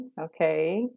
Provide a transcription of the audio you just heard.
okay